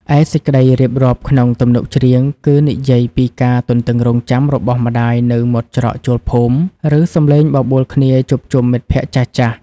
ឯសេចក្តីរៀបរាប់ក្នុងទំនុកច្រៀង គឺនិយាយពីការទន្ទឹងរង់ចាំរបស់ម្ដាយនៅមាត់ច្រកចូលភូមិ ឬសម្លេងបបួលគ្នាជួបជុំមិត្តភក្តិចាស់ៗ។